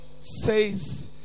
says